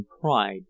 pride